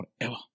forever